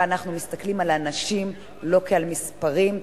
אנחנו מסתכלים על האנשים לא כעל מספרים,